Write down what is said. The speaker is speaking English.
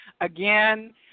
again